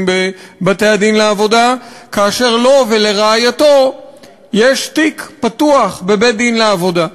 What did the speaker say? בבתי-הדין לעבודה כאשר לו ולרעייתו יש תיק פתוח בבית-דין לעבודה.